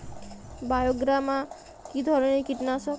বায়োগ্রামা কিধরনের কীটনাশক?